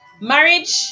marriage